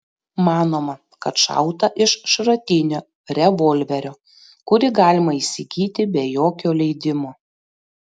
manoma kad šauta iš šratinio revolverio kurį galima įsigyti be jokio leidimo